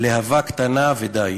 "להבה קטנה ודי".